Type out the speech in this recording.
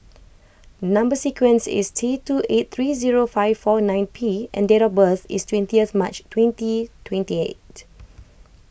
Number Sequence is T two eight three zero five four nine P and date of birth is twentieth March twenty twenty eight